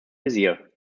visier